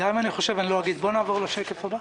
בואו נעבור לשקף הבא.